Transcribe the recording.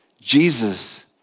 Jesus